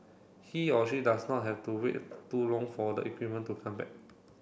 he or she does not have to wait too long for the equipment to come back